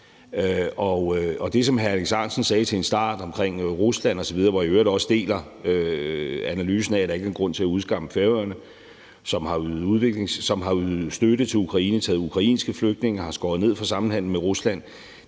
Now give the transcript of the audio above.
Og det, som hr. Alex Ahrendtsen sagde i starten omkring Rusland osv., hvor jeg i øvrigt også deler analysen af, at der ikke er grund til at udskamme Færøerne, som har ydet støtte til Ukraine og har taget imod ukrainske flygtninge og har skåret ned på samhandelen med Rusland,